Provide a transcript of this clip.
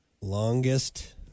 longest